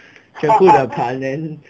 全部的盘 then